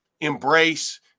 embrace